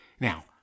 Now